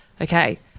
Okay